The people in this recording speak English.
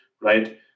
right